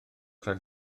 rhag